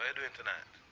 ah doing tonight?